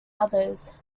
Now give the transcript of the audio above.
others